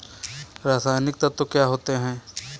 रसायनिक तत्व क्या होते हैं?